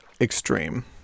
extreme